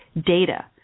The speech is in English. data